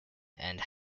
and